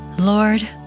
Lord